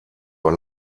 war